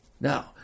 Now